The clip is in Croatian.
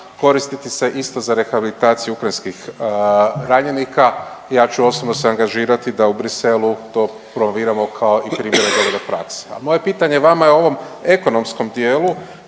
koristiti se isto za rehabilitaciju ukrajinskih ranjenika. I ja ću osobno se angažirati da u Bruxellesu to promoviramo kao i … praksa. Moje pitanje vama je u ovom ekonomskom dijelu,